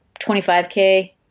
25k